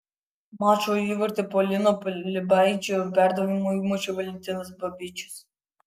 mačo įvartį po lino pilibaičio perdavimo įmušė valentinas babičius